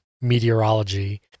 meteorology